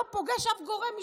לא פוגש אף גורם רשמי,